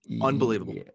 Unbelievable